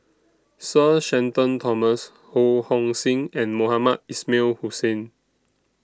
Sir Shenton Thomas Ho Hong Sing and Mohamed Ismail Hussain